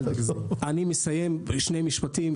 אני מסיים בשני משפטים.